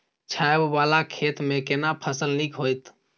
छै ॉंव वाला खेत में केना फसल नीक होयत?